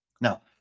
Now